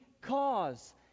cause